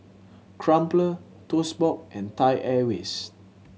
Crumpler Toast Box and Thai Airways